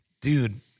dude